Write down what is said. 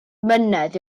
myned